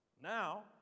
now